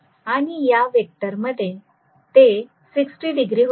या आणि या वेक्टर मध्ये ते 60 डिग्री होते